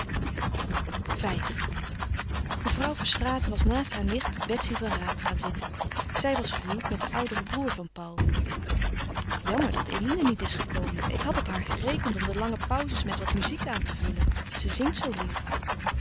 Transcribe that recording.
v mevrouw verstraeten was naast haar nicht betsy van raat gaan zitten zij was gehuwd met den ouderen broêr van paul jammer dat eline niet is gekomen ik had op haar gerekend om de lange pauzes met wat muziek aan te vullen ze zingt zoo lief